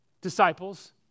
disciples